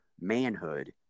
manhood